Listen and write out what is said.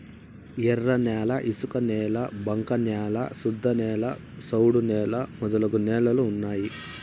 ఎర్రన్యాల ఇసుకనేల బంక న్యాల శుద్ధనేల సౌడు నేల మొదలగు నేలలు ఉన్నాయి